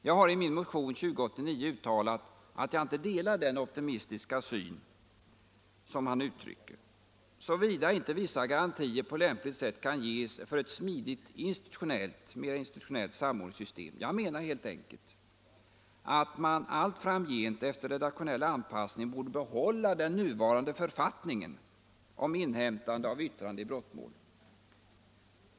Jag har i min motion nr 2089 uttalat att jag inte delar den optimistiska syn som han uttrycker, såvida inte vissa garantier på lämpligt sätt kan ges för ett smidigt mer institutionellt samordningssystem. Jag menar helt enkelt att man allt framgent efter redaktionell anpassning borde behålla den nuvarande författningen om inhämtande av yttrande i brottmål.